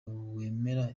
wemera